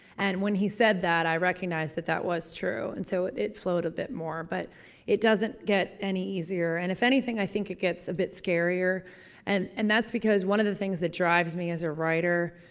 and when he said that, i recognized that that was true and so it flowed a bit more. but it doesn't get any easier and if anything i think it gets a bit scarier and, and that's becuase one of the things that drives me as a writer